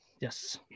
Yes